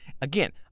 Again